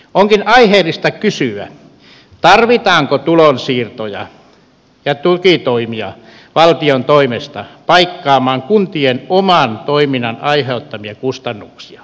onkin aiheellista kysyä tarvitaanko tulonsiirtoja ja tukitoimia valtion toimesta paikkaamaan kuntien oman toiminnan aiheuttamia kustannuksia